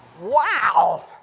Wow